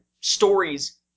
stories